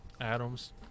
Adams